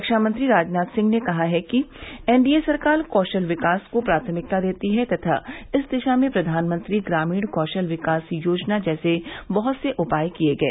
रक्षा मंत्री राजनाथ सिंह ने कहा कि एनडीए सरकार कौशल विकास को प्राथमिकता देती है तथा इस दिशा में प्रधानमंत्री ग्रामीण कौशल विकास योजना जैसे बहत से उपाय किए गए